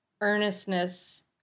earnestness